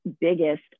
biggest